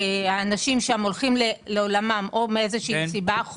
שהאנשים שם הולכים לעולמם או מאיזושהי סיבה,